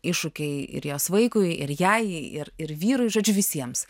iššūkiai ir jos vaikui ir jai ir ir vyrui žodžiu visiems